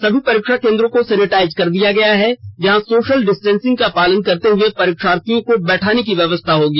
समी परीक्षा केन्द्रों को सैनिटाइज कर दिया गया है जहा सोशल डिस्टेंसिंग का पालन करते हुए परीक्षार्थियों के बैठाने की व्यवस्था की होगी